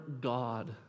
God